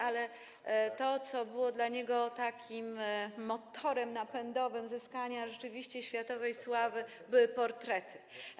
Ale to, co było dla niego takim motorem napędowym zyskania rzeczywiście światowej sławy, to były portrety.